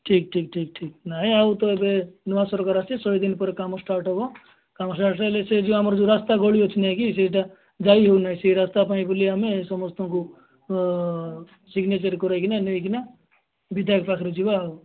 ଠିକ୍ ଠିକ୍ ଠିକ୍ ଠିକ୍ ନାଇ ଆଉ ତ ଏବେ ନୂଆ ସରକାର ଆସିଛି ଶହେ ଦିନ ପରେ କାମ ଷ୍ଟାର୍ଟ ହେବ କାମ ଷ୍ଟାର୍ଟ ହେଲେ ସେ ଯୋଉ ଆମର ରାସ୍ତା ଗଳି ଅଛି ନାଇ କି ସେଇଟା ଯାଇ ହେଉ ନାହିଁ ସେ ରାସ୍ତା ପାଇଁ ବୋଲି ଆମେ ସମସ୍ତଙ୍କୁ ହଁ ସିଗ୍ନେଚର୍ କରାଇ କିନା ନେଇ କିନା ବିଧାୟକ ପାଖରେ ଯିବା ଆଉ